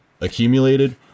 accumulated